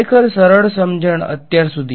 ખરેખર સરળ સમજણ અત્યાર સુધી